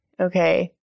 Okay